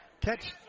catch